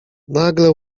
nagle